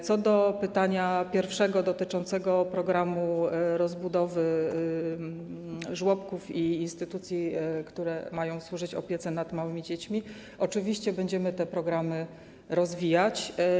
Co do pytania pierwszego, dotyczącego programu rozbudowy sieci żłobków i instytucji, które mają służyć opiece nad małymi dziećmi, oczywiście będziemy te programy rozwijać.